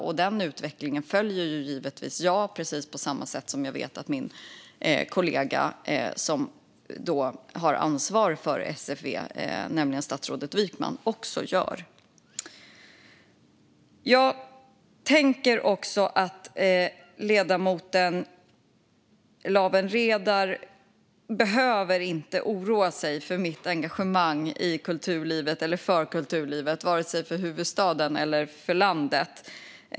Jag följer givetvis den utvecklingen precis på samma sätt som jag vet att min kollega statsrådet Wykman, som har ansvar för SFV, gör. Ledamoten Lawen Redar behöver inte oroa sig för mitt engagemang för kulturlivet vare sig i huvudstaden eller i resten av landet.